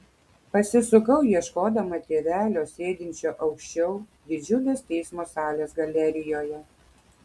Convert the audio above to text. pasisukau ieškodama tėvelio sėdinčio aukščiau didžiulės teismo salės galerijoje